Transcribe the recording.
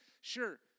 Sure